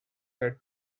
set